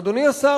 אדוני השר,